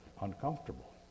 uncomfortable